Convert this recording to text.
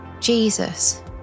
Jesus